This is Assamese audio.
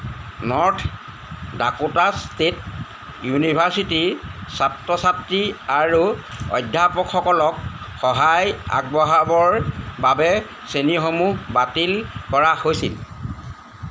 নৰ্থ ডাকোটা ষ্টেট ইউনিভাৰ্চিটিৰ ছাত্ৰ ছাত্ৰী আৰু অধ্যাপকসকলক সহায় আগবঢ়াবৰ বাবে শ্ৰেণীসমূহ বাতিল কৰা হৈছিল